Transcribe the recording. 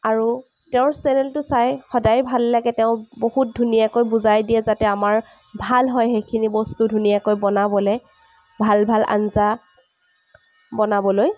আৰু তেওঁৰ চেনেলটো চাই সদাই ভাল লাগে তেওঁ বহুত ধুনীয়াকৈ বুজাই দিয়ে যাতে আমাৰ ভাল হয় সেইখিনি বস্তু ধুনীয়াকৈ বনাবলৈ ভাল ভাল আঞ্জা বনাবলৈ